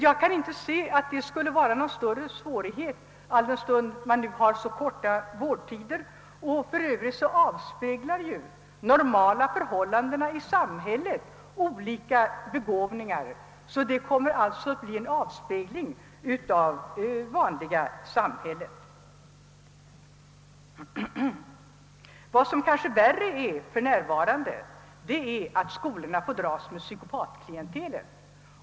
Jag kan inte inse att det innebär någon större svårighet, alldenstund man nu har så korta vårdtider. För övrigt förekommer det även under normala förhållanden ute i samhället olika begåvningar, varför det blir en avspegling av de vanliga samhällsförhållandena. Vad som för närvarande kanske är värre är att skolorna får dras med psykopatklientelet.